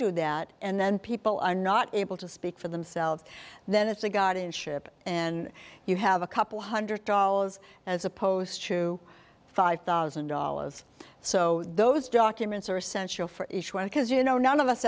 do that and then people are not able to speak for themselves then it's a guardianship and you have a couple hundred dollars as opposed to five thousand dollars so those documents are essential for each one because you know none of us